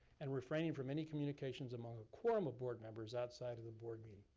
and refraining from any communications among a quorum of board members outside of the board meeting.